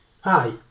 Hi